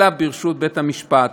אלא ברשות בית-המשפט.